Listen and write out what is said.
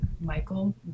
Michael